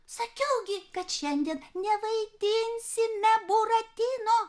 sakiau gi kad šiandien nevaidinsime buratino